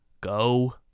Go